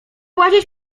włazić